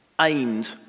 aimed